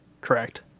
Correct